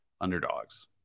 underdogs